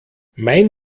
mein